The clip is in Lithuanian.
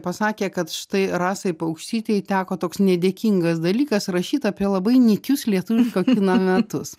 pasakė kad štai rasai paukštytei teko toks nedėkingas dalykas rašyt apie labai nykius lietuviško kino metus